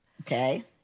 Okay